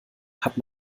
hat